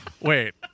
Wait